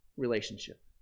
relationship